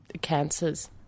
cancers